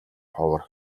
ховор